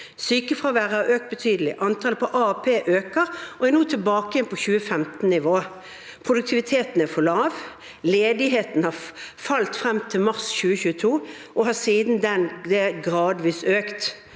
Sykefraværet har økt betydelig. Antallet på AAP øker og er nå tilbake igjen på 2015-nivå. Produktiviteten er for lav. Ledigheten falt frem til mars 2022 og har siden da gradvis økt.